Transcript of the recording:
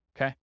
Okay